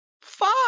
Fuck